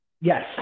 Yes